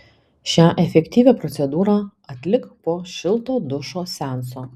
šią efektyvią procedūrą atlik po šilto dušo seanso